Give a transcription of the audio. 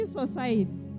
society